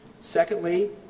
secondly